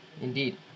Indeed